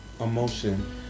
Emotion